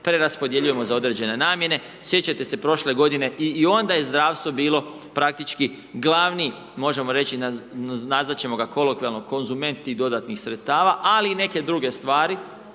preraspodjeljujemo za određene namjene sjećate se prošle g. i onda je zdravstvo bili praktički glavni, možemo reći, nazvati ćemo ga, kolokvijalni konzumenti dodatnih sredstava, ali i neke druge stvari